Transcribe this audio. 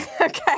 Okay